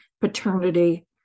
paternity